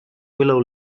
willow